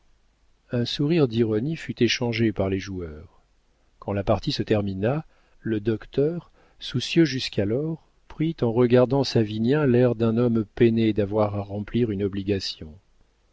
un sourire d'ironie fut échangé par les joueurs quand la partie se termina le docteur soucieux jusqu'alors prit en regardant savinien l'air d'un homme peiné d'avoir à remplir une obligation